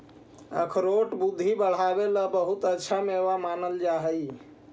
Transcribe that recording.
अखरोट बुद्धि बढ़ावे लगी बहुत अच्छा मेवा मानल जा हई